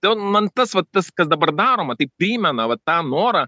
tai vot man tas vat kas dabar daroma tai primena va tą norą